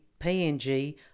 PNG